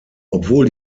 obwohl